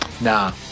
nah